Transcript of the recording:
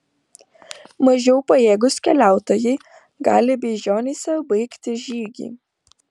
mažiau pajėgūs keliautojai gali beižionyse baigti žygį